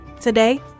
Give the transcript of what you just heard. Today